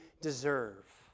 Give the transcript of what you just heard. deserve